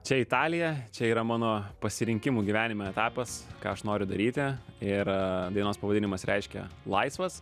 čia italija čia yra mano pasirinkimų gyvenime etapas ką aš noriu daryti ir dienos pavadinimas reiškia laisvas